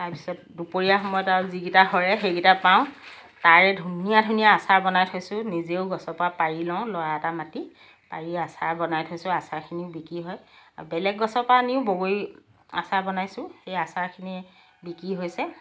তাৰপিছত দুপৰীয়া সময়ত আৰু যিকেইটা সৰে সেইকেইটা পাওঁ তাৰে ধুনীয়া ধুনীয়া আচাৰ বনাই থৈছোঁ নিজেও গছৰ পৰা পাৰি লওঁ ল'ৰা এটা মাতি পাৰি আচাৰ বনাই থৈছোঁ আচাৰখিনি বিক্ৰী হয় আৰু বেলেগ গছৰ পৰা আনিও বগৰী আচাৰ বনাইছোঁ সেই আচাৰখিনি বিক্ৰী হৈছে